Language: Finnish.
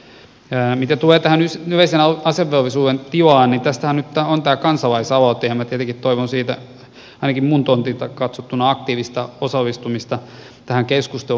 mitä tulee yleisen asevelvollisuuden tilaan niin tästähän nyt on tämä kansalaisaloite ja minä tietenkin toivon ainakin minun tontiltani katsottuna aktiivista osallistumista tähän keskusteluun